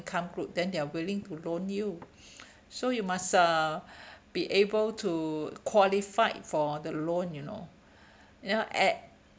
income group then they're willing to loan you so you must uh be able to qualify for the loan you know ya at